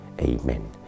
Amen